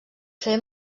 fer